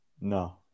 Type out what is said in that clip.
No